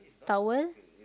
towel